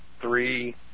three